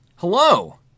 Hello